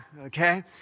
okay